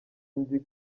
nzi